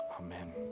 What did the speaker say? Amen